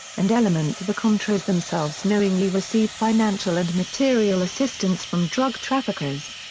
and elements of the contras themselves knowingly receive financial and material assistance from drug traffickers.